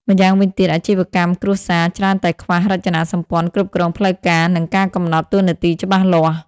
ម្យ៉ាងវិញទៀត អាជីវកម្មគ្រួសារច្រើនតែខ្វះ រចនាសម្ព័ន្ធគ្រប់គ្រងផ្លូវការ និងការកំណត់តួនាទីច្បាស់លាស់។